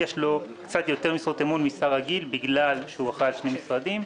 יש לו קצת יותר משרות אמון משר רגיל כי הוא אחראי על שני משרדים.